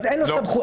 לא,